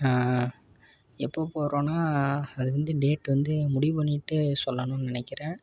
எப்போ போறோம்னா அது வந்து டேட் வந்து முடிவு பண்ணிட்டு சொல்லணும்னு நெனைக்கிறேன்